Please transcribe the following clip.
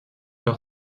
par